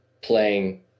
playing